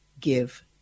give